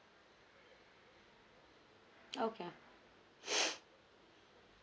okay